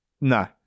No